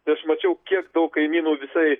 tai aš mačiau kiek daug kaimynų visai